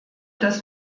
dass